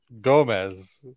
Gomez